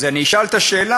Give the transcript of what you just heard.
אז אני אשאל את השאלה,